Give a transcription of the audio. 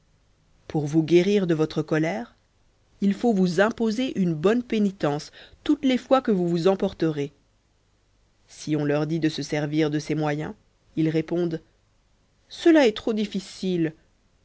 pour vous guérir de votre colère il faut vous imposer une bonne pénitence toutes les fois que vous vous emporterez si dis-je on leur dit de se servir de ces moyens ils répondent cela est trop difficile